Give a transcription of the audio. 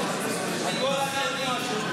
איזה מזל שיש את בנק ישראל.